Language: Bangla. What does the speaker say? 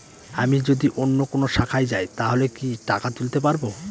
আমি যদি অন্য কোনো শাখায় যাই তাহলে কি টাকা তুলতে পারব?